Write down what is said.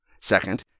Second